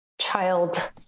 child